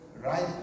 right